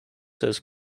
says